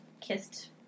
kissed